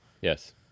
Yes